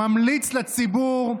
ממליץ לציבור: